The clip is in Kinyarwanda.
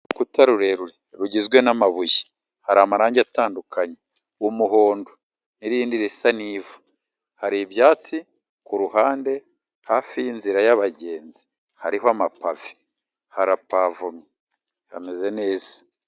Urukuta rurerure rugizwe n'amabuye, hari amarangi atandukanye, umuhondo n'irindi risa n'ivu. Hari ibyatsi ku ruhande, hafi y'inzira y'abagenzi hariho amapave, harapavomye, hameze neza.